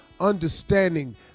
understanding